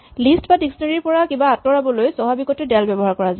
list বা dictionary ৰ পৰা কিবা আঁতৰাবলৈ স্বাভাৱিকতে ডেল ব্যৱহাৰ কৰা যায়